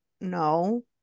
No